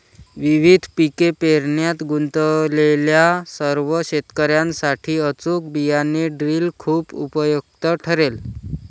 विविध पिके पेरण्यात गुंतलेल्या सर्व शेतकर्यांसाठी अचूक बियाणे ड्रिल खूप उपयुक्त ठरेल